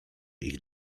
ich